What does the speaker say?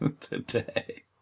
today